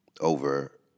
over